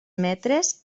metres